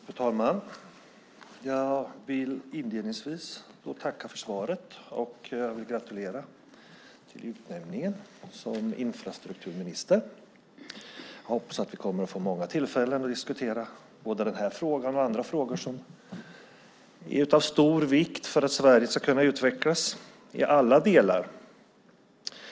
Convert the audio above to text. Fru talman! Jag vill inledningsvis tacka för svaret och gratulera Catharina Elmsäter-Svärd till utnämningen som infrastrukturminister. Jag hoppas att vi kommer att få många tillfällen att diskutera både denna fråga och andra frågor som är av stor vikt för att Sverige ska kunna utvecklas i alla delar.